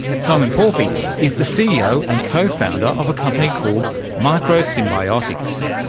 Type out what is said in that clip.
simon porphy is the ceo and co-founder of a company called microsynbiotix.